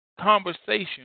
conversation